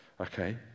okay